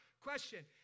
Question